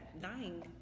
dying